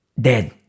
dead